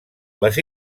les